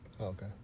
Okay